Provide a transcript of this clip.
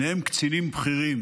שניהם קצינים בכירים